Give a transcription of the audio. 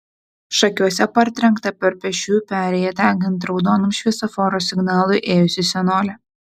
šakiuose partrenkta per pėsčiųjų perėją degant raudonam šviesoforo signalui ėjusi senolė